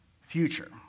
future